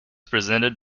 presented